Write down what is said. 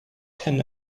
ten